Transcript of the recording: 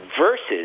versus